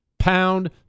Pound